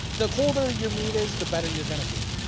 the colder your meat is, the better you're gonna be.